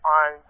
on